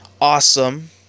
awesome